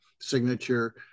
Signature